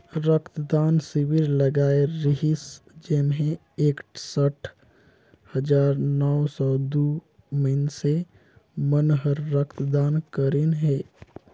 रक्त दान सिविर लगाए रिहिस जेम्हें एकसठ हजार नौ सौ दू मइनसे मन हर रक्त दान करीन हे